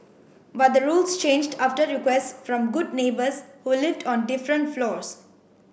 but the rules changed after requests from good neighbours who lived on different floors